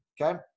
Okay